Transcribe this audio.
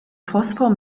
phosphor